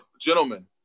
Gentlemen